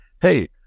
Hey